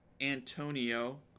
Antonio